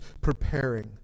preparing